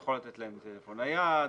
יכול לתת להם טלפון נייד,